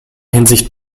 hinsicht